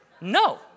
No